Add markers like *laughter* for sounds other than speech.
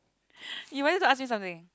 *breath* you want to ask me something